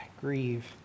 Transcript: grieve